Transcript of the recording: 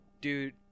Dude